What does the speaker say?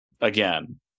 again